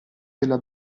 della